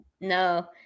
No